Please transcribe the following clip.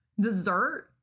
dessert